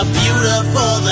beautiful